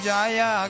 Jaya